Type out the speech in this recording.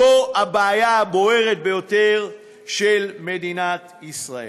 זו הבעיה הבוערת ביותר של מדינת ישראל.